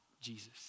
Jesus